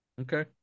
Okay